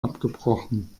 abgebrochen